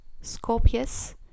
Scorpius